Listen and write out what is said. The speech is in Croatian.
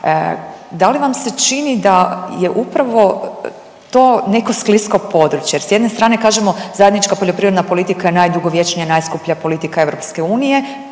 Da li vam se čini da je upravo to neko sklisko područje jer s jedne strane kažemo zajednička poljoprivredna politika je najdugovječnija i najskuplja politika EU,